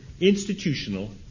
institutional